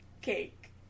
cake